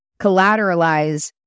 collateralize